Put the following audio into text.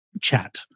chat